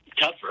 tougher